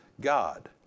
God